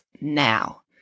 now